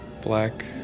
black